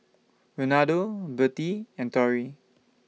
Ronaldo Birtie and Torie